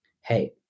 hey